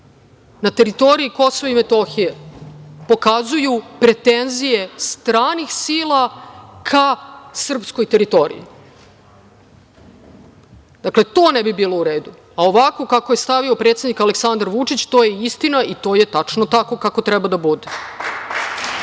na teritoriji Kosova i Metohije pokazuju pretenzije stranih sila ka srpskoj teritoriji. Dakle, to ne bi bilo u redu, a ovako kako je stavio predsednik Aleksandar Vučić to je istina i to je tačno tako kako treba da bude. Što